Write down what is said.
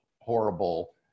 horrible